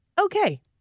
okay